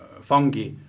fungi